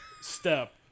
step